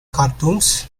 cartoons